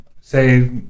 say